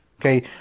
Okay